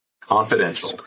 confidential